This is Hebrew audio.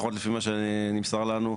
לפחות לפי מה שנמסר לנו,